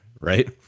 right